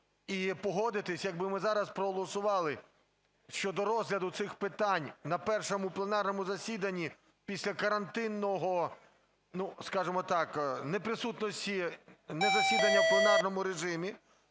і погодитися, якби ми зараз проголосували щодо розгляду цих питань на першому пленарному засіданні після карантинного, ну, скажемо так, неприсутності на засіданнях в пленарному режимі.